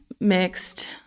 mixed